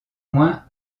moins